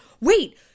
Wait